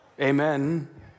Amen